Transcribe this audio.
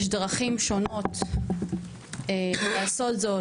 יש דרכים שונות לעשות זאת,